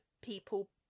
people